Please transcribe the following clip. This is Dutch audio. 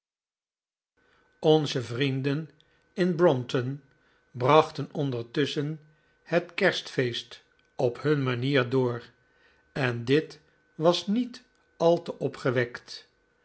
nze vrienden in brompton brachten ondertusschen het kerstfeest op hun manier p f k p door en dit was niet al te opgewekt